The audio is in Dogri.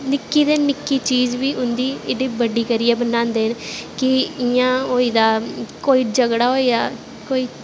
निक्की दी निक्की चीज़ उंदी एड्डी बड्डी करियै बनांदे न कि इयां होई जा कोई झगड़ा होई दा